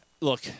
look